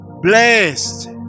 Blessed